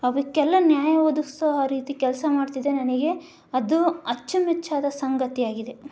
ಅವಕ್ಕೆಲ್ಲ ನ್ಯಾಯ ಒದಗಿಸೊ ರೀತಿ ಕೆಲಸ ಮಾಡ್ತಿದೆ ನನಗೆ ಅದು ಅಚ್ಚುಮೆಚ್ಚಾದ ಸಂಗತಿ ಆಗಿದೆ